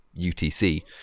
UTC